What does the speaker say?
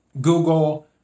Google